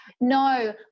No